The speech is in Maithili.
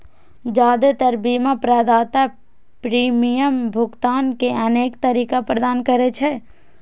जादेतर बीमा प्रदाता प्रीमियम भुगतान के अनेक तरीका प्रदान करै छै